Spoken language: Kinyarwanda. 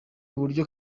uburyo